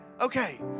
okay